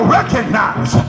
recognize